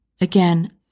Again